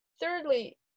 thirdly